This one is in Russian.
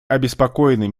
обеспокоены